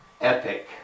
epic